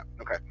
Okay